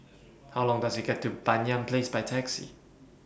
How Long Does IT Take to get to Banyan Place By Taxi